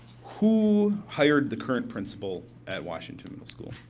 who hired the current principal at washington middle school?